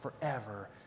forever